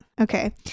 Okay